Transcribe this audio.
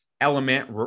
element